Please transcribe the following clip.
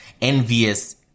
envious